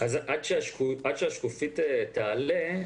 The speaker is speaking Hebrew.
עד שהשקופית תעלה,